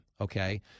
Okay